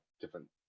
different